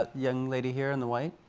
ah young lady here in the white.